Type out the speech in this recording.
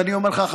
ואני אומר לך,